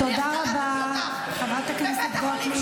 תראי איך קלטתי אותך.